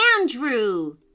Andrew